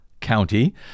County